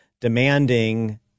demanding